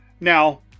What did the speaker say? Now